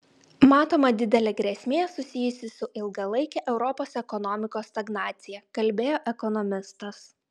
matoma didelė grėsmė susijusi su ilgalaike europos ekonomikos stagnacija kalbėjo ekonomistas